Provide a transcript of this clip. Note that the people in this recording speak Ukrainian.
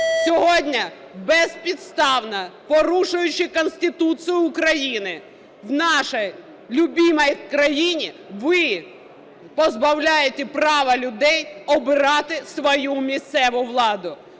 Сьогодні безпідставно, порушуючи Конституцію України, в нашей любимой країні ви позбавляєте права людей обирати свою місцеву владу.